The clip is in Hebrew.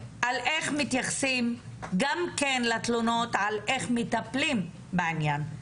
על איך מתייחסים גם לתלונות על איך מטפלים בעניין.